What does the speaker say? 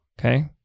Okay